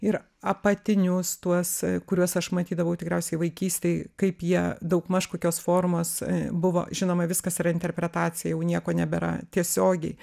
ir apatinius tuos kuriuos aš matydavau tikriausiai vaikystėj kaip jie daugmaž kokios formos buvo žinoma viskas yra interpretacija jau nieko nebėra tiesiogiai